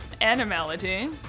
Animality